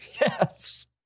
Yes